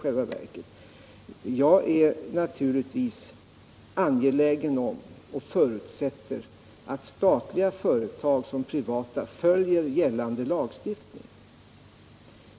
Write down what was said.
Jag är naturligtvis angelägen om och förutsätter att såväl statliga som privata företag följer gällande lagstiftning.